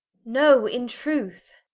no in truth